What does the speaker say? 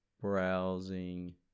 browsing